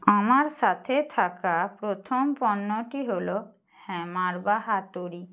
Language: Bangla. আমার সাথে থাকা প্রথম পণ্যটি হলো হ্যামার বা হাতুড়ি